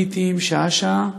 לעתים שעה-שעה,